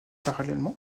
parallèlement